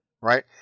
Right